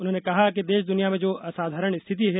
उन्होंने कहा कि देश दुनिया में जो असाधारण स्थिति है